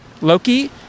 Loki